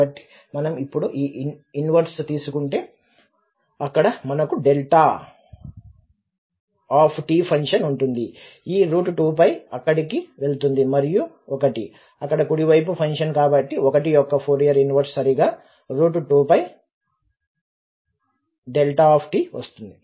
కాబట్టి మనం ఇప్పుడు ఈ ఇన్వెర్స్ తీసుకుంటే అక్కడ మనకు డెల్టా ఫంక్షన్ ఉంటుంది ఈ2 అక్కడికి వెళ్తుంది మరియు 1 అక్కడ కుడి వైపు ఫంక్షన్ కాబట్టి 1 యొక్క ఫోరియర్ ఇన్వెర్స్ సరిగ్గా 2 వస్తుంది